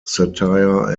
satire